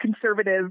conservative